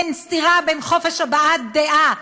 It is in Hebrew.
אין סתירה בין חופש הבעת דעה,